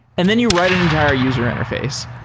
and then you write an entire user interface,